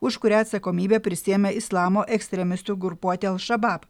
už kurią atsakomybę prisiėmė islamo ekstremistų grupuotė al šabab